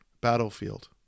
battlefield